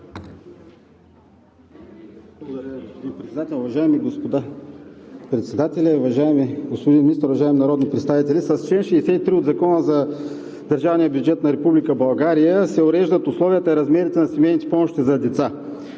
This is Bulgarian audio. господин Председател. Уважаеми господа председатели, уважаеми господин Министър, уважаеми народни представители! С чл. 63 от Закона за държавния бюджет на Република България се уреждат условията и размерите на семейните помощи за деца.